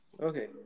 Okay